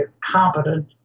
competent